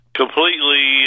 completely